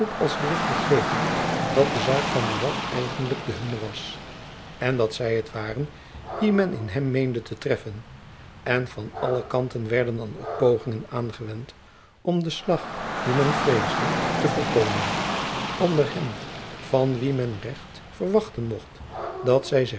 als de witt begrepen dat de zaak van buat eigenlijk de hunne was en dat zy het waren wie men in hem meende te treffen en van alle kanten werden dan ook pogingen aangewend om den slag dien men vreesde te voorkomen onder hen van wie men met recht verwachten mocht dat zy